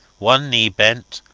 one knee bent,